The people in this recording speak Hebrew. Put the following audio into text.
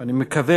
אני מקווה,